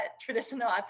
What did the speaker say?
traditional